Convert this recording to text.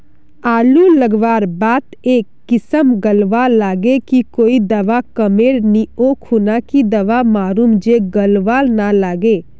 आलू लगवार बात ए किसम गलवा लागे की कोई दावा कमेर नि ओ खुना की दावा मारूम जे गलवा ना लागे?